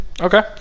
Okay